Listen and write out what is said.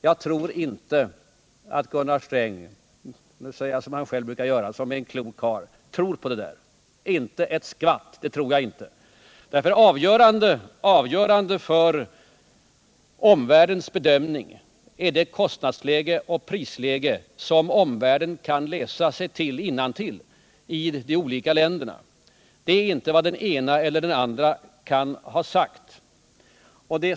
Jag tror inte att Gunnar Sträng — nu säger jag som han själv brukar göra — som en klok karl tror på det där, inte ett skvatt! Avgörande för omvärldens bedömning är det kostnadsläge och det prisläge som de olika länderna kan läsa sig till. Avgörande är inte vad den ena eller den andra kan ha sagt.